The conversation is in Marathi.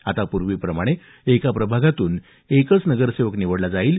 आता पूर्वीप्रमाणे एका प्रभागातून एकच नगरसेवक निवडला जाईल